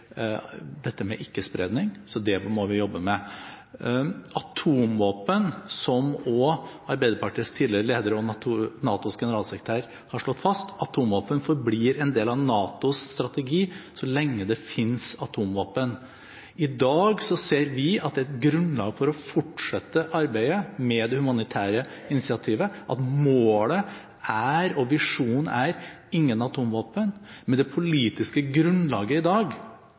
dette med ikke-spredning, så det må vi jobbe med. Som også Arbeiderpartiets tidligere leder og NATOs nåværende generalsekretær har slått fast: Atomvåpen forblir en del av NATOs strategi så lenge det finnes atomvåpen. I dag ser vi at det er grunnlag for å fortsette arbeidet med det humanitære initiativet, at målet og visjonen er: ingen atomvåpen. Men det politiske grunnlaget for et forbud finnes ikke i dag